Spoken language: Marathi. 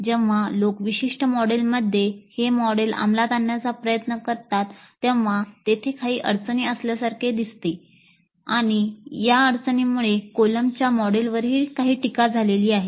जेव्हा लोक विशिष्ट मॉडेलमध्ये हे मॉडेल अंमलात आणण्याचा प्रयत्न करतात तेव्हा तेथे काही अडचणी असल्यासारखे दिसते आणि या अडचणींमुळे कोलंबच्या मॉडेलवरही काही टीका झालेली आहे